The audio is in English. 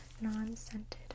non-scented